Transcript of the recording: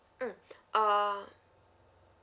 mm uh